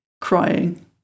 crying